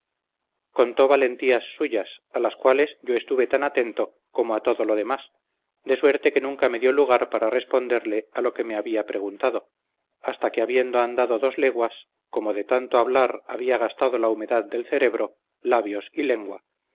contó valentías suyas a las cuales yo estuve tan atento como a todo lo demás de suerte que nunca me dió lugar para responderle a lo que me había preguntado hasta que habiendo andado dos leguas como de tanto hablar había gastado la humedad del celebro labios y lengua